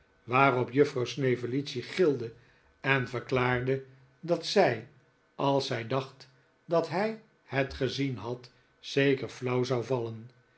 waarop juffrouw snevellicci gilde en verklaarde dat zij als zij dacht dat hij het gezien had zeker flauw zou vallen